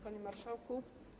Panie Marszałku!